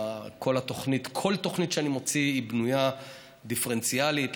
כל תוכנית שאני מוציא בנויה דיפרנציאלית,